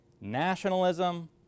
nationalism